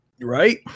Right